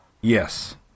Yes